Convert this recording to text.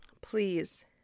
please